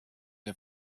der